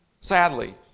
Sadly